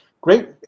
great